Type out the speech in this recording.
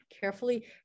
carefully